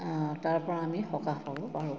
তাৰ পৰা আমি সকাহ হ'ব পাৰোঁ